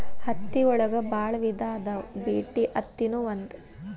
ಹತ್ತಿ ಒಳಗ ಬಾಳ ವಿಧಾ ಅದಾವ ಬಿಟಿ ಅತ್ತಿ ನು ಒಂದ